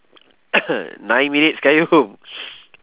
nine minutes qayyum